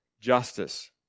justice